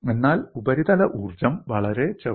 എന്നാൽ ഉപരിതല ഊർജ്ജം വളരെ ചെറുതാണ്